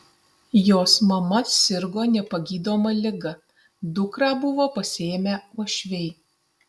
jos mama sirgo nepagydoma liga dukrą buvo pasiėmę uošviai